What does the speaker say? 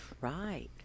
Right